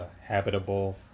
habitable